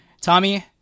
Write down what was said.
Tommy